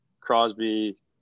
Crosby